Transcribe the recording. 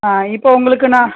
ஆ இப்போ உங்களுக்கு நான்